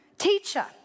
Teacher